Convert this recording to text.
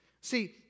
See